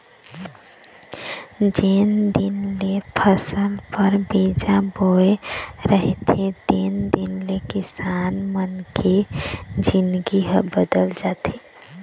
जेन दिन ले फसल बर बीजा बोय रहिथे तेन दिन ले किसान मन के जिनगी ह बदल जाथे